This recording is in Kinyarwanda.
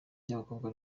ry’abakobwa